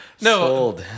No